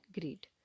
greed